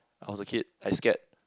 I was a kid I scared